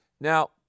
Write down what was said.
Now